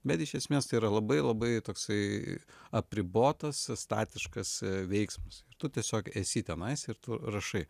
bet iš esmės tai yra labai labai toksai apribotas statiškas veiksmas tu tiesiog esi tenais ir tu rašai